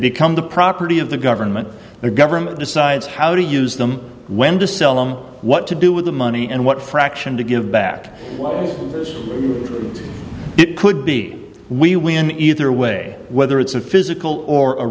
become the property of the government the government decides how to use them when to sell them what to do with the money and what fraction to give back it could be we win either way whether it's a physical or a